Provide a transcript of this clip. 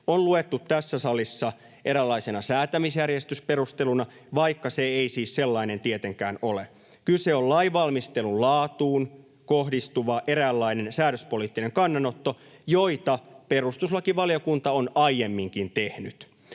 on luettu tässä salissa eräänlaisena säätämisjärjestysperusteluna, vaikka se ei siis sellainen tietenkään ole. Kyseessä on lainvalmistelun laatuun kohdistuva eräänlainen säädöspoliittinen kannanotto, joita perustuslakivaliokunta on aiemminkin tehnyt.